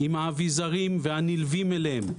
עם האביזרים והנלווים אליהם.